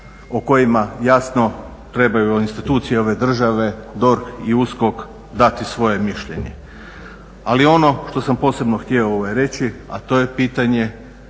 o kojima jasno trebaju institucije ove države, DORH i USKOK dati svoje mišljenje. Ali ono što sam posebno htio reći, a to je pitanje